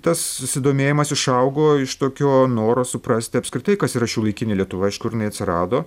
tas susidomėjimas išaugo iš tokio noro suprasti apskritai kas yra šiuolaikinė lietuva iš kur jinai atsirado